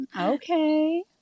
okay